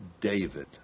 David